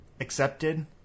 Accepted